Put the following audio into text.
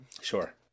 Sure